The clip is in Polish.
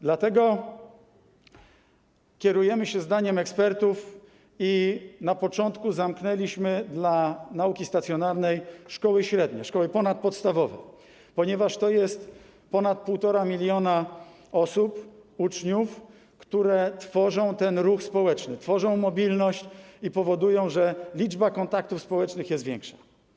Dlatego kierujemy się zdaniem ekspertów i na początku zamknęliśmy dla nauki stacjonarnej szkoły średnie, szkoły ponadpodstawowe, ponieważ to jest ponad 1,5 mln osób, uczniów, którzy tworzą ten ruch społeczny, tworzą mobilność i powodują, że liczba kontaktów społecznych jest większa.